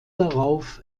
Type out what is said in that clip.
darauf